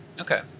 Okay